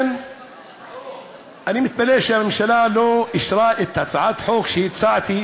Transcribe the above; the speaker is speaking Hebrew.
אני מתפלא שהממשלה לא אישרה את הצעת החוק שהצעתי,